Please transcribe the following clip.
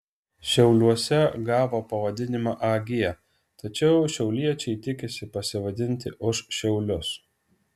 šiauliuose gavo pavadinimą ag tačiau šiauliečiai tikisi pasivadinti už šiaulius